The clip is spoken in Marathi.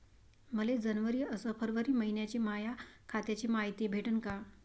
मले जनवरी अस फरवरी मइन्याची माया खात्याची मायती भेटन का?